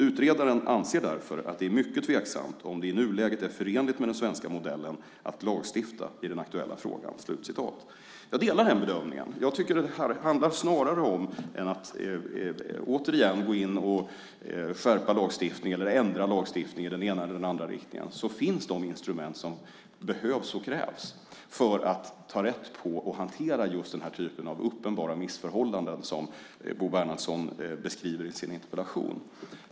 Utredaren anser därför att det är mycket tveksamt om det i nuläget är förenligt med den svenska modellen att lagstifta i den aktuella frågan." Jag delar den bedömningen. Hellre än att återigen gå in och skärpa eller ändra lagstiftning i den ena eller andra riktningen finns redan de instrument som krävs för att ta rätt på och hantera just den typen av uppenbara missförhållanden som Bo Bernhardsson beskriver i sin interpellation.